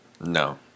No